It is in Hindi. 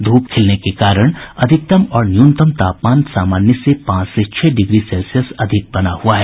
धूप खिलने के कारण अधिकतम और न्यूनतम तापमान सामान्य से पांच से छह डिग्री सेल्सियस अधिक बना हुआ है